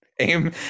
Aim